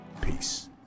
Peace